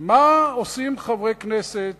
מה עושים חברי כנסת